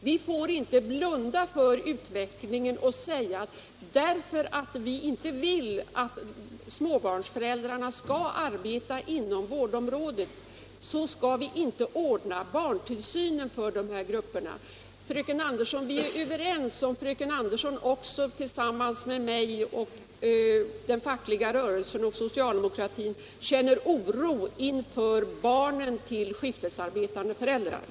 Vi får inte blunda för utvecklingen och säga att därför att vi inte vill att småbarnsföräldrarna skall arbeta inom vårdområdet skall vi inte ordna barntillsynen för de här grupperna. Vi är överens, fröken Andersson, om fröken Andersson tillsammas med mig och den fackliga rörelsen och socialdemokratin känner oro inför tillsynen av barnen till de skiftesarbetande föräldrarna.